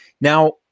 Now